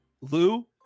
lou